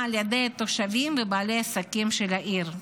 על ידי תושבי ובעלי עסקים של העיר,